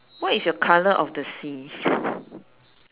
what is the colour of the seas